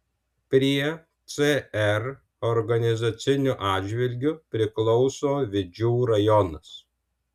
prie cr organizaciniu atžvilgiu priklauso vidžių rajonas